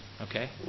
okay